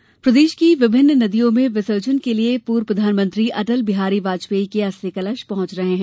अस्थि कलश प्रदेश की विभिन्न नदियों में विसर्जन के लिए पूर्व प्रधानमंत्री अटल बिहारी वाजपेयी के अस्थि कलश पहुंच रहे है